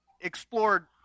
explored